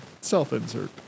self-insert